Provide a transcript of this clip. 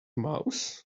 mouse